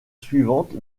suivante